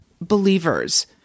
believers